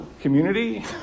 community